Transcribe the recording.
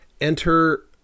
enter